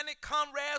comrades